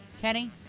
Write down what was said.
Kenny